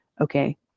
okay